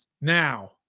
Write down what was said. Now